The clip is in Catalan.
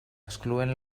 excloent